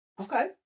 okay